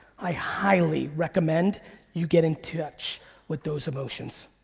i highly recommend you get in touch with those emotions.